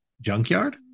junkyard